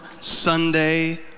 Sunday